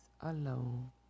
alone